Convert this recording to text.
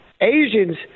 Asians